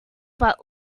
but